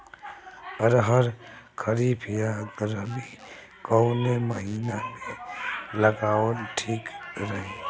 अरहर खरीफ या रबी कवने महीना में लगावल ठीक रही?